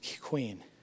queen